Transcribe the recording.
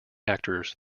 actors